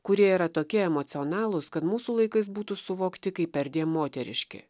kurie yra tokie emocionalūs kad mūsų laikais būtų suvokti kaip perdėm moteriški